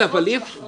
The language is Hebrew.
ההפך,